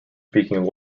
speaking